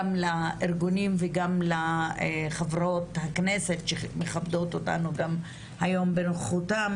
לארגונים וגם לחברות הכנסת שמכבדות אותנו גם היום בנוכחותן,